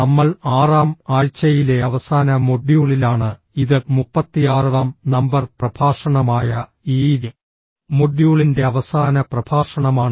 നമ്മൾ ആറാം ആഴ്ചയിലെ അവസാന മൊഡ്യൂളിലാണ് ഇത് 36 ാം നമ്പർ പ്രഭാഷണമായ ഈ മൊഡ്യൂളിന്റെ അവസാന പ്രഭാഷണമാണ്